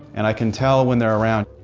and i can tell when they're around.